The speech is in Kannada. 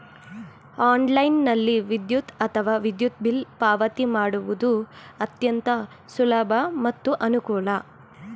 ಆನ್ಲೈನ್ನಲ್ಲಿ ವಿದ್ಯುತ್ ಅಥವಾ ವಿದ್ಯುತ್ ಬಿಲ್ ಪಾವತಿ ಮಾಡುವುದು ಅತ್ಯಂತ ಸುಲಭ ಮತ್ತು ಅನುಕೂಲ